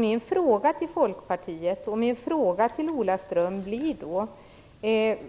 Min fråga till Folkpartiet och till Ola Ström blir då: